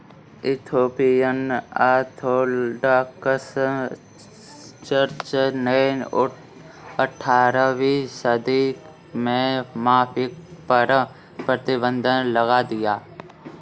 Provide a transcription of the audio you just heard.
Ethiopian Orthodox Church ने अठारहवीं सदी में कॉफ़ी पर प्रतिबन्ध लगा दिया